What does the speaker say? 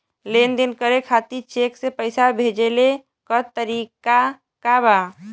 लेन देन करे खातिर चेंक से पैसा भेजेले क तरीकाका बा?